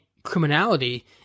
criminality